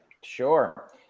Sure